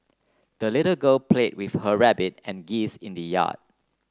the little girl play with her rabbit and geese in the yard